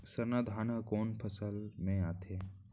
सरना धान ह कोन फसल में आथे?